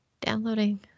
downloading